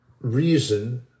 reason